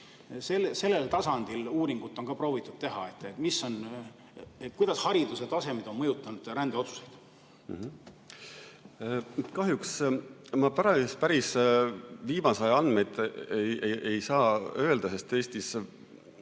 sellel tasandil uuringut on ka proovitud teha, kuidas haridustase on mõjutanud rändeotsuseid? Kahjuks ma päris viimase aja andmeid ei saa öelda, sest Eestis